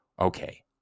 Okay